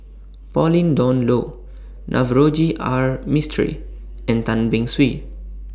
Pauline Dawn Loh Navroji R Mistri and Tan Beng Swee